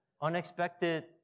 unexpected